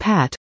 Pat